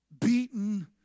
beaten